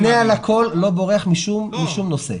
לא בורח משום נושא.